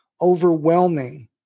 overwhelming